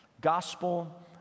Gospel